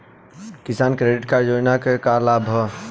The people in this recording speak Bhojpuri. किसान क्रेडिट कार्ड योजना के का का लाभ ह?